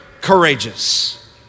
courageous